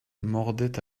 mordaient